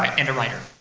a and writer,